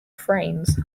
frames